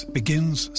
begins